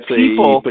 people